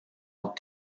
would